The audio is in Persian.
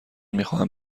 میخواهم